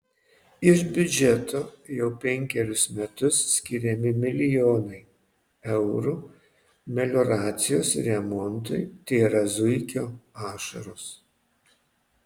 iš biudžeto jau penkerius metus skiriami milijonai eurų melioracijos remontui tėra zuikio ašaros